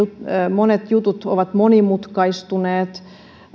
monet jutut ovat monimutkaistuneet